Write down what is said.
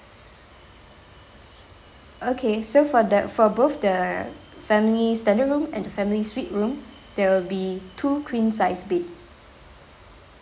okay so for that for both the family standard room and the family suite room there will be two queen-size beds